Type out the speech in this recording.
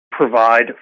provide